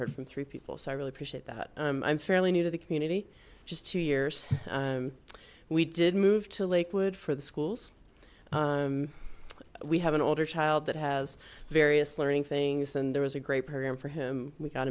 her from three people so i really appreciate that i'm fairly new to the community just two years we did move to lakewood for the schools we have an older child that has various learning things and there was a great program for him we got